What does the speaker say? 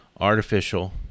artificial